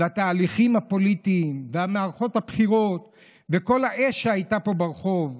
והתהליכים הפוליטיים ומערכות הבחירות וכל האש שהייתה פה ברחוב,